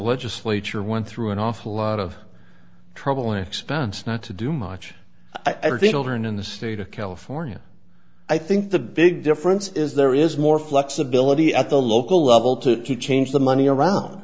legislature went through an awful lot of trouble and expense not to do much i think aldrin in the state of california i think the big difference is there is more flexibility at the local level to teach change the money around